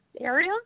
area